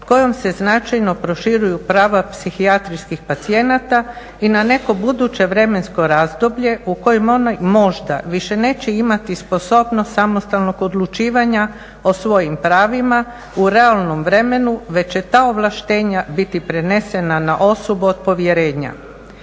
kojom se značajno proširuju prava psihijatrijskih pacijenata i na neko buduće vremensko razdoblje u kojem oni možda više neće imati sposobnost samostalnog odlučivanja o svojim pravima u realnom vremenu već će ta ovlaštenja biti prenesena na osobu od povjerenja.